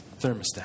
thermostat